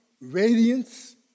radiance